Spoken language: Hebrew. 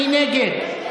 מי נגד?